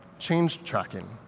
change tracking.